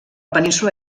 península